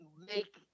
make